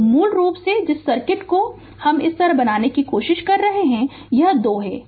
तो मूल रूप से जिस सर्किट को मैं इस तरह बनाने की कोशिश कर रहा हूं यह 2 है